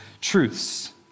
truths